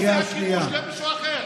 מישהו אחר.